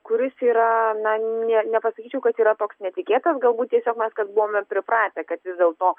kuris yra na ne nepasakyčiau kad yra toks netikėtas galbūt tiesiog mes kad buvome pripratę kad vis dėlto